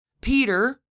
Peter